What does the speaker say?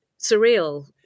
surreal